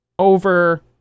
over